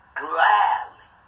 gladly